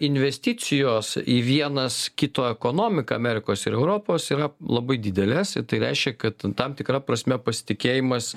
investicijos į vienas kito ekonomiką amerikos ir europos yra labai didelės ir tai reiškia kad tam tikra prasme pasitikėjimas